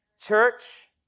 Church